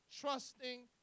trusting